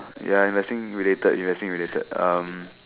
ya investing related investing related um